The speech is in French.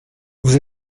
vous